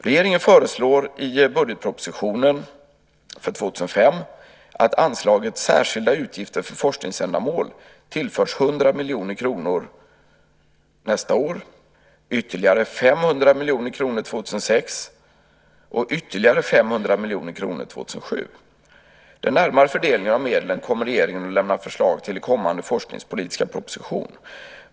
Regeringen föreslår i budgetpropositionen för 2005 att anslaget Särskilda utgifter för forskningsändamål tillförs 100 miljoner kronor nästa år, ytterligare 500 miljoner kronor år 2006 och ytterligare 500 miljoner kronor år 2007. Den närmare fördelningen av medlen kommer regeringen att lämna förslag till i kommande forskningspolitiska proposition.